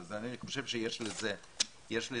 אני חושב שיש לזה קושי,